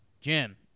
Jim